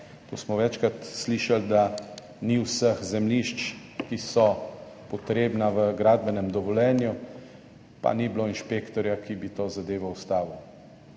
To smo večkrat slišali, da ni vseh zemljišč, ki so potrebna v gradbenem dovoljenju, pa ni bilo inšpektorja, ki bi to zadevo ustavil.